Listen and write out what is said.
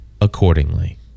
accordingly